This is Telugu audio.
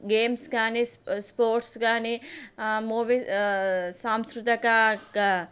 గేమ్స్ కానీ స్పోర్ట్స్ కానీ మూవీ సాంస్కృతిక